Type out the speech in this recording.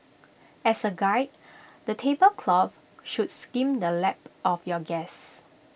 as A guide the table cloth should skim the lap of your guests